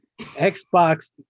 Xbox